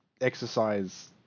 exercise